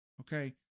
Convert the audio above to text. Okay